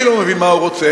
אני לא מבין מה הוא רוצה.